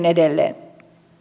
edelleen